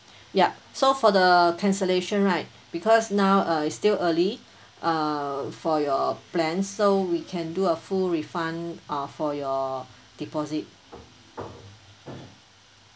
yup so for the cancellation right because now uh it still early uh for your plan so we can do a full refund uh for your deposit